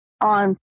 on